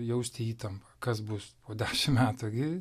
jausti įtampą kas bus po dešim metų gi